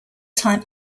time